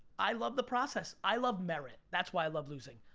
i love the process. i love merit, that's why i love losing.